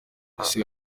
ese